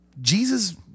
Jesus